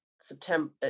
September